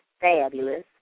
fabulous